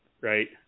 Right